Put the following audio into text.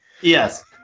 Yes